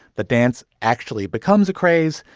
the dance actually becomes a craze.